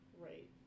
right